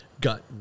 got